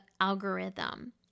algorithm